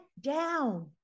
down